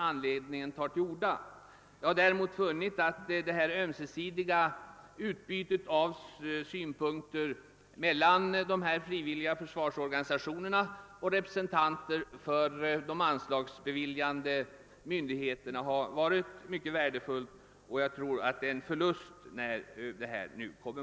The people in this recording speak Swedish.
Anledningen är i stället den att jag har funnit att det ömsesidiga utbytet av synpunkter mellan de frivilliga försvarsorganisationerna och representanter för de anslagsbeviljande myndigheterna har varit mycket värdefullt, och jag tror att det är en förlust när detta upphör.